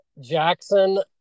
Jackson